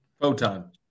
Photon